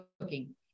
cooking